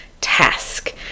task